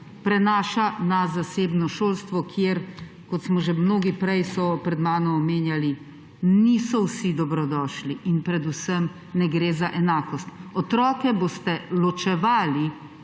prenaša na zasebno šolstvo, kjer kot so že mnogi pred mano omenjali, niso vsi dobrodošli. In predvsem ne gre za enakost. Otroke boste ločevali